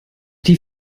die